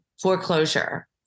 foreclosure